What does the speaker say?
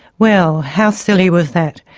well, how silly was that!